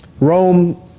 Rome